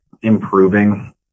improving